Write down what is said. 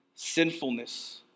sinfulness